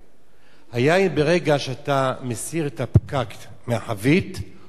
היין, ברגע שאתה מסיר את הפקק מהחבית, הוא מחמיץ,